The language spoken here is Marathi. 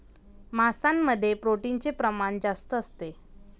मांसामध्ये प्रोटीनचे प्रमाण जास्त असते